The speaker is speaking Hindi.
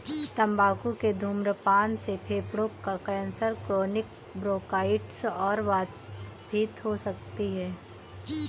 तंबाकू के धूम्रपान से फेफड़ों का कैंसर, क्रोनिक ब्रोंकाइटिस और वातस्फीति हो सकती है